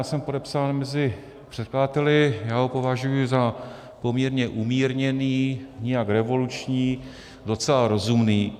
Já jsem podepsán mezi předkladateli, považuji ho za poměrně umírněný, nijak revoluční, docela rozumný.